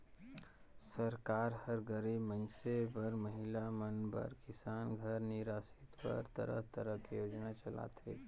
सरकार हर गरीब मइनसे बर, महिला मन बर, किसान घर निरासित बर तरह तरह के योजना चलाथे